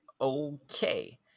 Okay